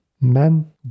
Men